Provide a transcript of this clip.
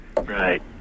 Right